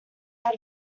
out